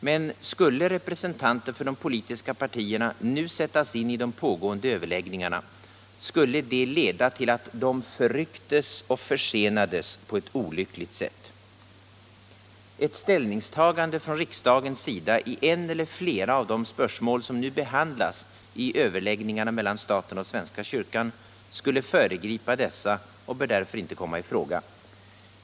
Men skulle representanter för de politiska partierna nu sättas in i de pågående överläggningarna skulle det leda till att dessa förrycktes och försenades på ett olyckligt sätt. Ett ställningstagande från riksdagens sida i ett eller flera av de spörsmål som nu behandlas i överläggningarna mellan staten och svenska kyrkan skulle föregripa dessa och bör därför inte komma i fråga.